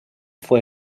fue